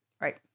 right